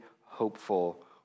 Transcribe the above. hopeful